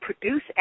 produce